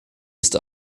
ist